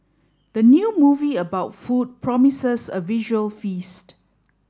the new movie about food promises a visual feast